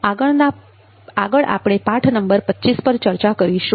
આગળ આપણે પાઠ નંબર 25 પર ચર્ચા કરીશું